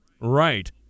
Right